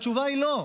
התשובה היא, לא.